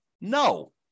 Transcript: No